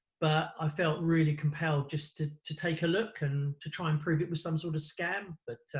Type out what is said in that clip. but i felt really compelled just to to take a look and to try and prove it was some sort of scam, but